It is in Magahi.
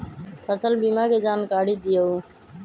फसल बीमा के जानकारी दिअऊ?